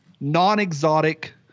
non-exotic